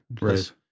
Right